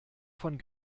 von